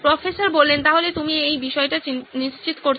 professor তাহলে তুমি এই বিষয়টা নিশ্চিত করছো